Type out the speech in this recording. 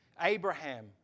Abraham